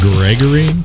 Gregory